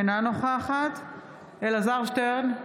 אינה נוכחת אלעזר שטרן,